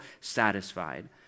satisfied